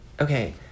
okay